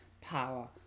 power